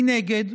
מנגד,